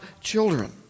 children